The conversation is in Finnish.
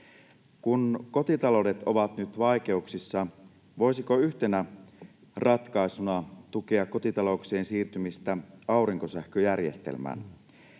Kun kotitaloudet ovat nyt vaikeuksissa, voisiko yhtenä ratkaisuna tukea kotitalouksien siirtymistä aurinkosähköjärjestelmään?